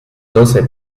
doce